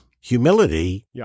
humility